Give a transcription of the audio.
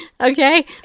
Okay